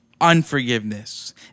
unforgiveness